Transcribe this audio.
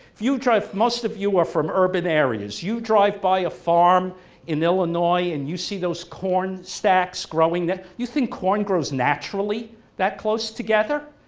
if you drive, most of you are from urban areas, you drive by a farm in illinois and you see those corn stacks growing, you think corn grows naturally that close together?